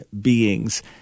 beings